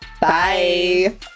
Bye